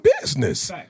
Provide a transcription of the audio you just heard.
business